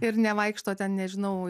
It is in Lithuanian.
ir nevaikšto ten nežinau